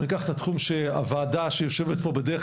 אני אקח את התחום שהוועדה שיושבת פה בדרך